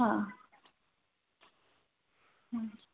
હા હં